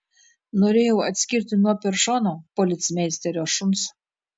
norėjau atskirti nuo peršono policmeisterio šuns